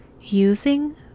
Using